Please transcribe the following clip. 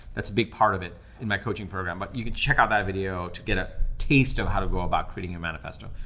that's a big part of it in my coaching program. but you can check out that video to get a taste of how to go about creating your manifesto.